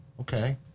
Okay